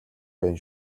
байна